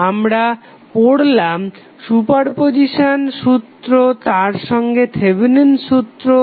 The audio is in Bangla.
আমরা পড়লাম সুপারপজিসান সূত্র তার সঙ্গে থেভেনিন'স সূত্র Thevenins theorem